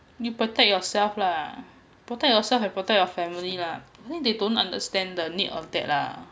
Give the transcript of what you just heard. you protect yourself lah protect yourself and protect your family lah I think they don't understand the need of that lah